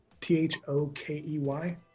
t-h-o-k-e-y